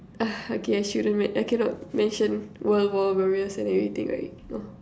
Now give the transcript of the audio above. okay shouldn't men~ I cannot mention world war and everything right uh